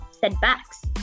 setbacks